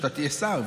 שאתה תהיה שר,